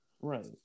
Right